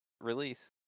release